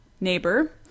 neighbor